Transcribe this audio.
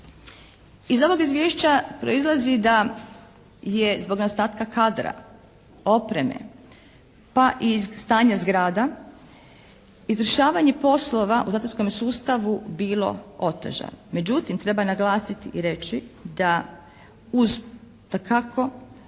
Iz ovoga izvješća proizlazi da je zbog nedostatka kadra, opreme pa i stanja zgrada izvršavanje poslova u zatvorskom sustavu bilo otežano. Međutim, treba naglasiti i reći da uz dakako